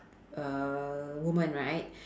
err woman right